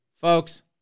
Folks